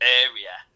area